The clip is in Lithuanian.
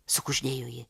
sukuždėjo ji